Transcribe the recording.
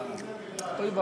נאלצנו,